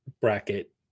bracket